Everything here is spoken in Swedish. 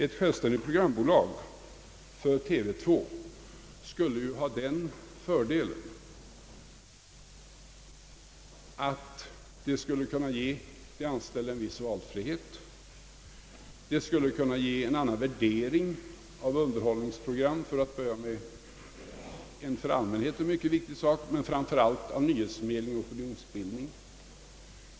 Ett självständigt programbolag för TV 2 skulle ha den fördelen att det skulle kunna ge de anställda en viss valfrihet. Det skulle kunna ge en annan värdering av underhållningsprogram, för att börja med något för allmänheten mycket viktigt, men framför allt av nyhetsförmedling och opinionsbildning.